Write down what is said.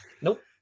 Nope